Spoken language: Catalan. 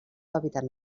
hàbitat